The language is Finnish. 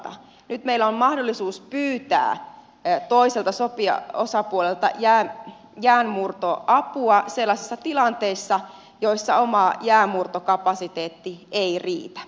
nyt meillä on mahdollisuus pyytää toiselta sopijaosapuolelta jäänmurtoapua sellaisissa tilanteissa joissa oma jäänmurtokapasiteetti ei riitä